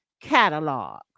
catalog